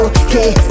okay